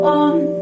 one